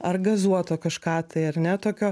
ar gazuoto kažką tai ar ne tokio